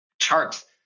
charts